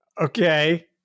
Okay